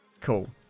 cool